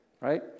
right